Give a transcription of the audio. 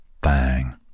bang